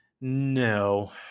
No